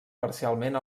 parcialment